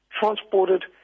transported